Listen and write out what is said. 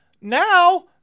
Now